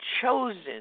chosen